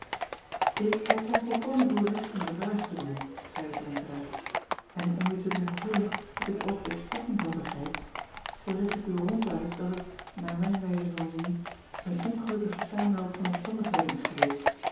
k erken volkomen uw recht om de vraag te doen zeide renkelaer en om u te doen gevoelen dat ik er ook de strekking van begrijp zoo zeg ik u ronduit dat het naar mijn wijze van zien een ongelukkige samenloop van omstandigheden is geweest